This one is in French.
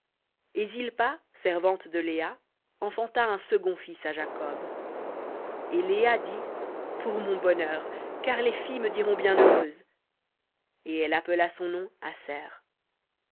et zilpa servante de léa enfanta un second fils à jacob et léa dit pour mon bonheur car les filles me diront bienheureuse et elle appela son nom aser v